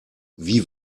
wie